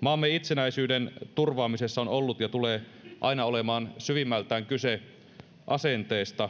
maamme itsenäisyyden turvaamisessa on ollut ja tulee aina olemaan syvimmiltään kyse asenteesta